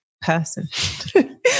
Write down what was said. person